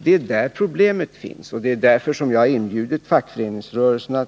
Det är där problemet finns, och det är därför jag har inbjudit fackföreningsrörelsen